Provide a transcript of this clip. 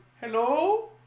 Hello